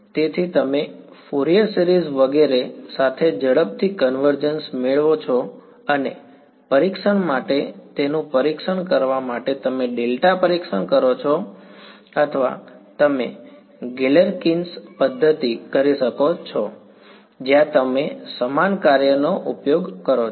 તેથી તમે Fourier series વગેરે સાથે ઝડપી કન્વર્જન્સ મેળવો છો અને પરીક્ષણ માટે તેનું પરીક્ષણ કરવા માટે તમે ડેલ્ટા પરીક્ષણ કરી શકો છો અથવા તમે ગેલેર્કિન્સ પદ્ધતિ કરી શકો છો જ્યાં તમે સમાન કાર્યનો ઉપયોગ કરો છો